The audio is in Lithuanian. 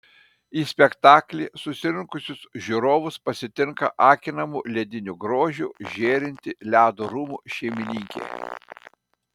į spektaklį susirinkusius žiūrovus pasitinka akinamu lediniu grožiu žėrinti ledo rūmų šeimininkė